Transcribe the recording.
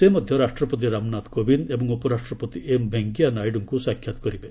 ସେ ମଧ୍ୟ ରାଷ୍ଟ୍ରପତି ରାମନାଥ କୋବିନ୍ଦ ଏବଂ ଉପରାଷ୍ଟ୍ରପତି ଏମ୍ ଭେଙ୍କିୟା ନାଇଡୁଙ୍କୁ ସାକ୍ଷାତ କରିବେ